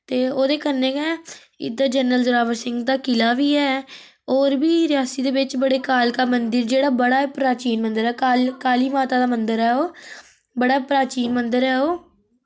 ते ओह्दे कन्नै गै इद्दर जनरल जोरावर सिंह दा किला बी ऐ और बी रियासी दे बिच बड़े कालका मंदिर जेह्ड़ा बड़ा ही प्राचीन मंदर ऐ काली माता दा मंदिर ऐ ओ बड़ा प्राचीन मंदर ऐ ओह्